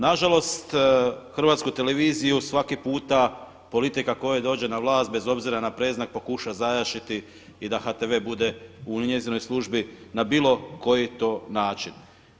Na žalost, Hrvatsku televiziju svaki puta politika koja dođe na vlast bez obzira na predznak pokuša zajašiti i da HTV bude u njezinoj službi na bilo koji to način.